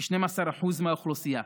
כ-12% מהאוכלוסייה.